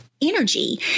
energy